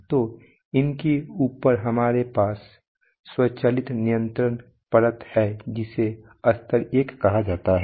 तो इनके ऊपर हमारे पास स्वचालित नियंत्रण परत है जिसे स्तर 1 कहा जाता है